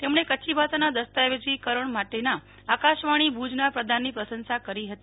તેમણે કચ્છી ભાષાના દસ્તાવેજી કરણ માટેના આકાશવાણી ભુજના પ્રદાનની પ્રશંસા કરી હતી